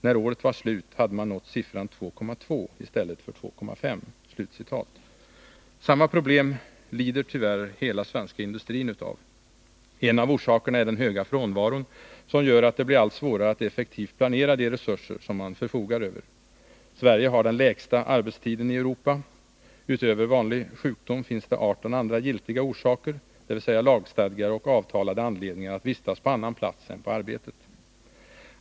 När året var slut hade man nått siffran 2,2 i stället för 2,5.” Samma problem lider tyvärr hela svenska industrin utav. En av orsakerna är den höga frånvaron, som gör att det blir allt svårare att effektivt planera de resurser som man förfogar över. Sverige har den kortaste arbetstiden i Europa. Utöver vanlig sjukdom finns det 18 andra giltiga orsaker — dvs. lagstadgade och avtalade anledningar — till att vistas på annan plats än på arbetet.